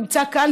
הוא נמצא כאן,